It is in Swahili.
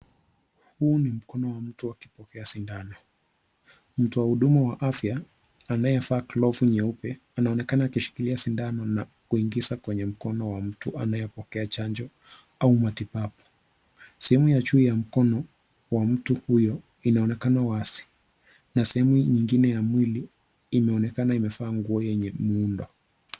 Huu ni mkono wa mtu akipokea sindano. Mtu wa huduma wa afya anayevaa glovu nyeupe anaonekana akishikilia sindano na kuingiza kwenye mkono wa mtu anayepokea chanjo au matibabu. Sehemu ya juu ya mkono wa tu huyo inaonekana wazi na sehemu nyingine ya mwili imeonekana imevaa nguo yenye muumba.